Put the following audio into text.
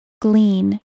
glean